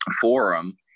Forum